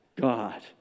God